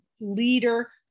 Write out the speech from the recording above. leader